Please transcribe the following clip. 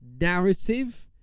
narrative